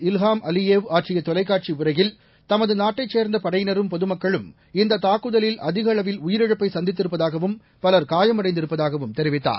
Ilham Aliyev ஆற்றிய தொலைக்காட்சி உரையில் தமது நாட்டைச் சேர்ந்த பளடயினரும் பொதுமக்களும் இந்த தாக்குதலில் அதிக அளவில் உயிரிழப்பை சந்தித்திருப்பதாகவும் பலர் காயமடைந்திருப்பதாகவும் தெரிவித்தார்